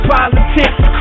Politics